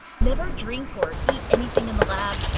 never drink or eat anything in the lab.